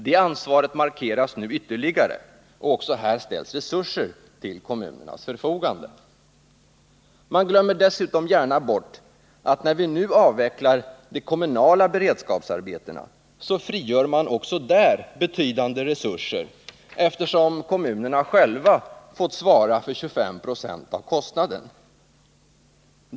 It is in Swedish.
Det ansvaret markeras nu ytterligare, och också här ställs resurser till kommunernas förfogande. Man glömmer dessutom gärna bort att när vi nu avvecklar de kommunala beredskapsarbetena, så frigörs också där betydande resurser, eftersom kommunerna själva fått svara för 25 20 av kostnaden.